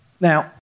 Now